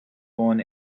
born